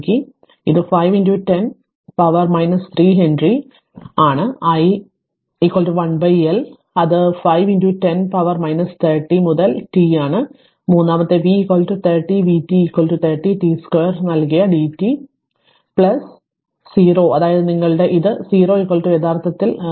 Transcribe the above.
അതിനാൽ ഇത് 5 10 പവറിന് 3 ഹെൻറിയും ആണ് ഐ 1 L അത് 5 10 പവറിന് 30 മുതൽ t ആണ് മൂന്നാമത്തെ v 30 vt 30 t 2 നൽകിയ dt പ്ലസ് 0 അതായത് നിങ്ങളുടെ ഇത് 0 യഥാർത്ഥത്തിൽ 0